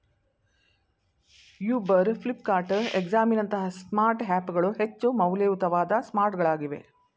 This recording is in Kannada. ಯೂಬರ್, ಫ್ಲಿಪ್ಕಾರ್ಟ್, ಎಕ್ಸಾಮಿ ನಂತಹ ಸ್ಮಾರ್ಟ್ ಹ್ಯಾಪ್ ಗಳು ಹೆಚ್ಚು ಮೌಲ್ಯಯುತವಾದ ಸ್ಮಾರ್ಟ್ಗಳಾಗಿವೆ